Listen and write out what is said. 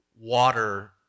water